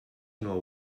know